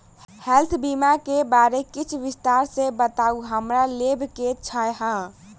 Health बीमा केँ बारे किछ विस्तार सऽ बताउ हमरा लेबऽ केँ छयः?